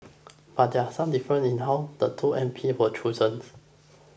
but there are some differences in how the two M P were chosen